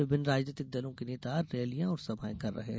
विभिन्न राजनीतिक दलों के नेता रैलियां और सभाएं कर रहे हैं